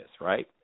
right